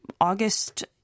August